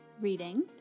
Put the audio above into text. reading